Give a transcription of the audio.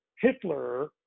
Hitler